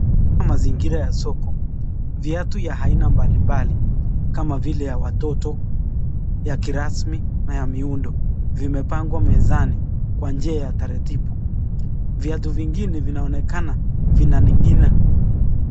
Mazingira ya soko. Viatu ya aina mbalimbali kama vile ya watoto, ya kirasmi na ya miundo vimepangwa mezani kwa njia ya taratibu. Viatu vingine vinaonekana vinaning'ina.